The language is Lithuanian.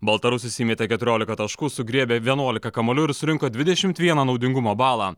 baltarusis įmetė keturiolika taškų sugriebė vienuolika kamuolių ir surinko dvidešimt vieną naudingumo balą